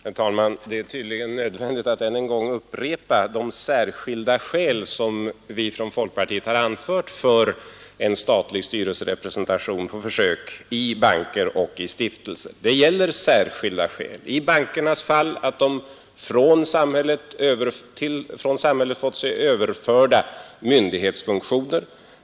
Herr talman! Det är tydligen nödvändigt att än en gång upprepa de Särskilda skäl som vi från folkpartiet anfört för en statlig styrelserepresentation på försök i banker och stiftelser. Det gäller särskilda skäl, i bankernas fall att de från samhället på sig fått överförda myndighetsfunktioner.